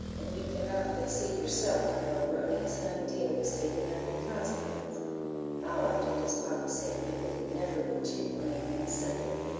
and you cannot but see yourself how erroneous an idea was taken up in consequence how often does papa say people can never be too plain and simple,